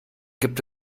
gibt